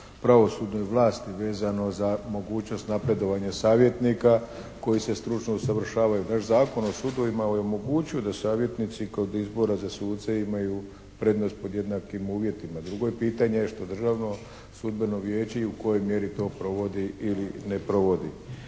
pravosudnoj vlasti vezano za mogućnost napredovanja savjetnika koji se stručno usavršavaju. Naš Zakon o sudovima je omogućio da savjetnici kod izbora za suca imaju prednost pod jednakim uvjetima. Drugo je pitanje što Državno sudbeno vijeće i u kojoj mjeri to provodi ili ne provodi.